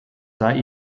sei